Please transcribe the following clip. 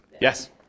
Yes